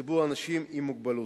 לציבור האנשים עם מוגבלות.